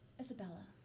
Isabella